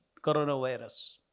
coronavirus